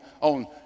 on